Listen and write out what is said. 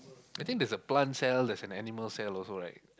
I think there's a plant cell there's an animal cell also right